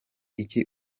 iki